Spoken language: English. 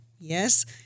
Yes